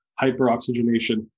hyperoxygenation